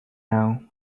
now